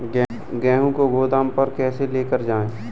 गेहूँ को गोदाम पर कैसे लेकर जाएँ?